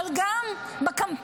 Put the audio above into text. אבל גם בקמפיינים,